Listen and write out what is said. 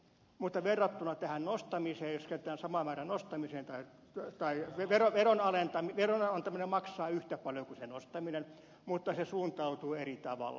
mutta verrattuna tähän nostamiseen jos käytetään sama määrä nostamiseen tai veron alentamiseen veron alentaminen maksaa yhtä paljon kuin se nostaminen mutta se suuntautuu eri tavalla